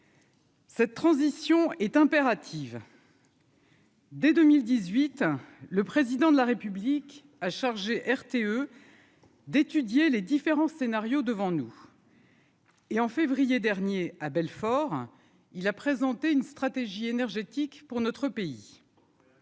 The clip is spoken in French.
Cette transition est impérative. Dès 2018, le président de la République a chargé RTE d'étudier les différents scénarios devant nous. Et en février dernier à Belfort, il a présenté une stratégie énergétique pour notre pays.